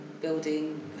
building